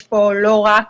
יש פה לא רק